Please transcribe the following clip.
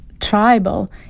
tribal